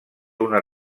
una